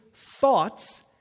thoughts